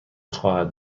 خواهد